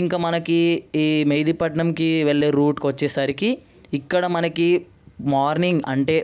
ఇంక మనకి ఈ మెహిదీపట్నంకి వెళ్ళే రూట్కి వచ్చేసరికి ఇక్కడ మనకి మార్నింగ్ అంటే